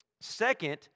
Second